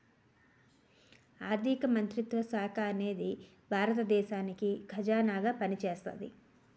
ఆర్ధిక మంత్రిత్వ శాఖ అనేది భారత దేశానికి ఖజానాగా పనిచేస్తాది